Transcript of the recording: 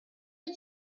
wyt